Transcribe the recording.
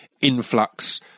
influx